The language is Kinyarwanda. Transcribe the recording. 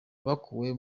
bakuwe